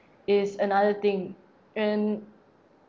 is another thing and